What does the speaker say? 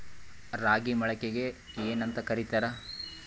ರಾಗಿ ಮೊಳಕೆಗೆ ಏನ್ಯಾಂತ ಕರಿತಾರ?